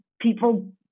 people